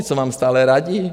Co vám stále radí?